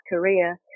Korea